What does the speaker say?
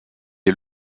est